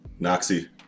Noxy